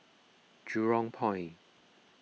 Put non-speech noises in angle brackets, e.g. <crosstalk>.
<noise> Jurong Point